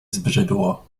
zbrzydło